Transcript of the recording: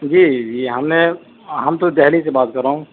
جی جی جی ہاں میں ہم تو دہلی سے بات کر رہا ہوں